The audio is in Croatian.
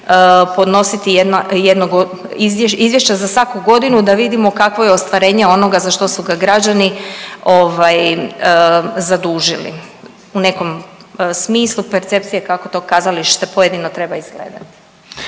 podnositi jedno, izvješća za svaku godinu da vidimo kakvo je ostvarenje onoga za što su ga građani ovaj zadužili u nekom smislu percepcije kako to kazalište pojedino treba izgledati.